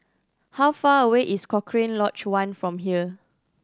how far away is Cochrane Lodge One from here